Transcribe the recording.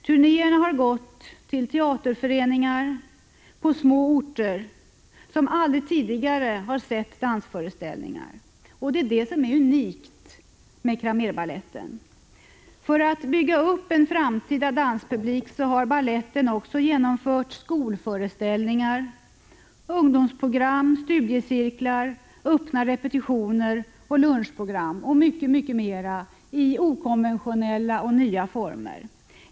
Turnéerna har gått via teaterföreningar till små orter, där man aldrig tidigare har sett dansföreställningar. Det är detta som är unikt med Cramérbaletten. För att bygga upp en framtida danspublik har baletten också genomfört skolföreställningar, ungdomsprogram, studiecirklar, öppna repetitioner, lunchprogram, m.m. i okonventionella och nya former.